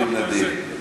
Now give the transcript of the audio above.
אני תמיד נדיב.